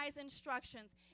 instructions